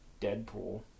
Deadpool